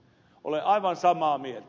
olen aivan samaa mieltä